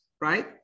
right